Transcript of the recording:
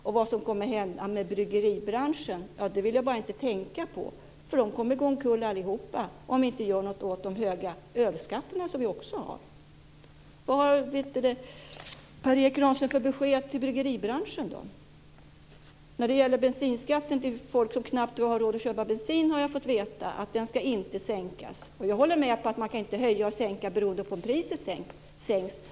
Och vad som kommer att hända med bryggeribranschen vill jag bara inte tänka på, för där kommer de att gå omkull allihop om vi inte gör något åt de höga ölskatterna som vi också har. Vad har Per Erik Granström för besked till bryggeribranschen? När det gäller bensinskatten som gör att folk knappt har råd att köpa bensin har jag fått veta att den inte ska sänkas. Jag håller med om att man inte kan höja och sänka bensinskatten beroende på om priset höjs eller sänks.